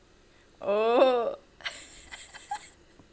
oh